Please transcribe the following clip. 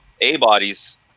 A-bodies